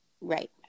Right